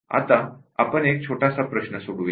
आता आपण एक छोटासा प्रश्न सोडवुया